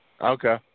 Okay